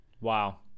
wow